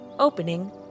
Opening